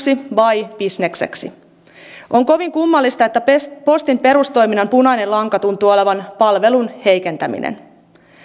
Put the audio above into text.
vai bisnekseen on kovin kummallista että postin perustoiminnan punainen lanka tuntuu olevan palvelun heikentäminen